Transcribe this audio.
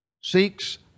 seeks